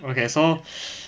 okay so